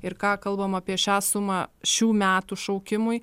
ir ką kalbam apie šią sumą šių metų šaukimui